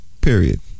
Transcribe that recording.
Period